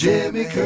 Jimmy